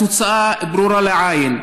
התוצאה ברורה לעין.